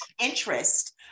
interest